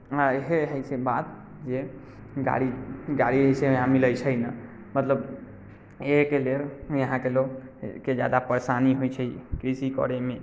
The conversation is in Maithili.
हमरा इएह हइ से बात जे गाड़ी गाड़ी जइसे यहाँ मिलै छै नहि मतलब इएहके लेल यहाँके लोकके ज्यादा परेशानी होइ छै कृषि करैमे